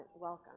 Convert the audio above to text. welcome